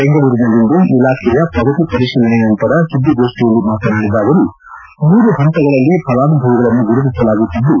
ಬೆಂಗಳೂರಿನಲ್ಲಿಂದು ಇಲಾಖೆಯ ಪ್ರಗತಿ ಪರಿಶೀಲನೆ ನಂತರ ಸುದ್ದಿಗೋಷ್ಠಿಯಲ್ಲಿ ಮಾತನಾಡಿದ ಅವರು ಮೂರು ಹಂತಗಳಲ್ಲಿ ಫಲಾನುಭವಿಗಳನ್ನು ಗುರುತಿಸಲಾಗುತ್ತಿದ್ದು